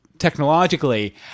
technologically